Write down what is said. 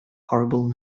horrible